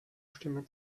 stimme